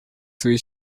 свои